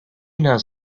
knows